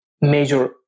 major